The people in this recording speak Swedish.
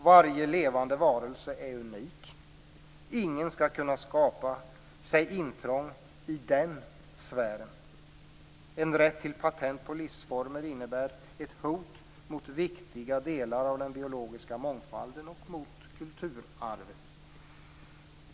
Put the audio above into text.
Varje levande varelse är unik. Ingen skall kunna skapa sig intrång i den sfären. En rätt till patent på livsformer innebär ett hot mot viktiga delar av den biologiska mångfalden och mot kulturarvet.